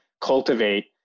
cultivate